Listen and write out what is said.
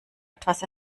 etwas